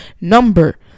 number